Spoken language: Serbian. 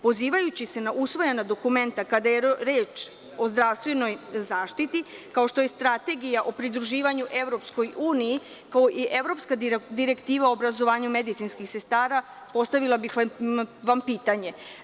Pozivajući se na usvojena dokumenta kada je reč o zdravstvenoj zaštiti, kao što je Strategija o pridruživanju EU, kao i Evropska direktiva o obrazovanju medicinskih sestara, postavila bih vam pitanje.